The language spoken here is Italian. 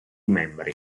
membri